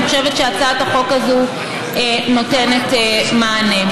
אני חושבת שהצעת החוק הזאת נותנת מענה.